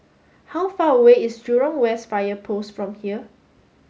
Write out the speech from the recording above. how far away is Jurong West Fire Post from here